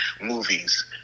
movies